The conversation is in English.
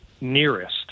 nearest